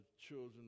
children